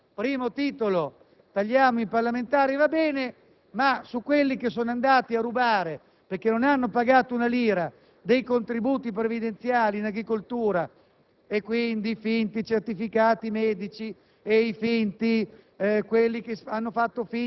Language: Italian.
e soprattutto, adesso, della maggioranza attuale. Di quegli evasori non diciamo niente. Primo titolo: «Tagliamo ai parlamentari». Va bene. Ma non si dice nulla su quelli che sono andati a rubare, perché non hanno pagato una lira dei contributi previdenziali in agricoltura: